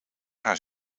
haar